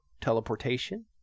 teleportation